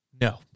No